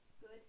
Good